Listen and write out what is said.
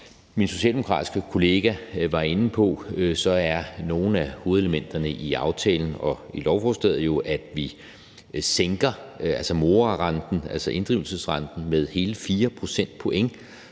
min socialdemokratiske kollega var inde på, er nogle af hovedelementerne i aftalen og i lovforslaget, at vi sænker morarenten, altså inddrivelsesrenten, med hele 4 procentpoint,